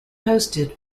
hosted